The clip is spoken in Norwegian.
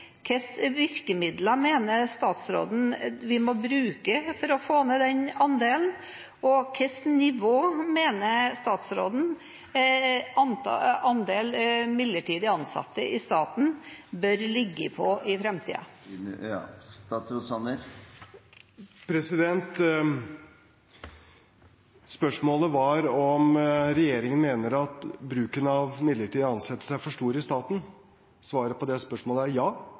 andelen? Og hvilket nivå mener statsråden andelen midlertidig ansatte i staten bør ligge på i framtiden? Spørsmålet var om regjeringen mener at bruken av midlertidige ansettelser i staten er for stor. Svaret på det spørsmålet er ja,